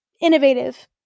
innovative